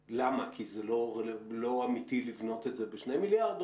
למה, כי זה לא אמיתי לבנות את זה ב-2 מיליארד?